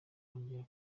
kongera